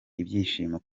ibyishimo